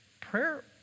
prayer